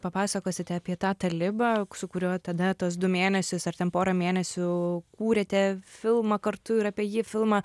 papasakosite apie tą talibą su kuriuo tada tuos du mėnesius ar ten porą mėnesių kūrėte filmą kartu ir apie jį filmą